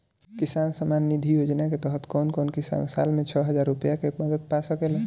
किसान सम्मान निधि योजना के तहत कउन कउन किसान साल में छह हजार रूपया के मदद पा सकेला?